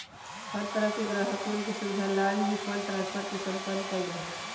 हर तरह से ग्राहकवन के सुविधा लाल ही फंड ट्रांस्फर के सम्पन्न कइल जा हई